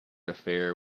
affair